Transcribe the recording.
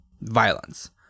violence